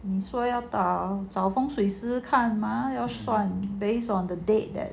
你说要找风水师看吗要算 based on the date that